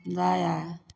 दायाँ